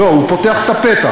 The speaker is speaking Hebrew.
לא, הוא פותח את הפתח.